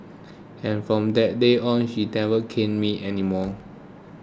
and from that day on she never caned me anymore